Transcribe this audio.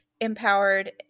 empowered